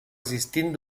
existint